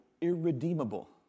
irredeemable